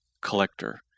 collector